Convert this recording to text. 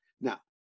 Now